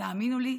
תאמינו לי,